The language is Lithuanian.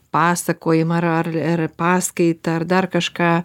pasakojimą ar ar ar paskaitą ar dar kažką